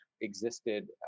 existed